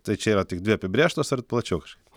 tai čia yra tik dvi apibrėžtos ir plačiau kažkaip